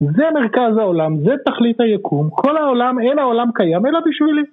זה מרכז העולם, זה תכלית היקום, כל העולם, אין העולם קיים, אלא בשבילי.